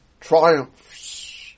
triumphs